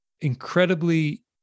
incredibly